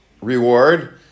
reward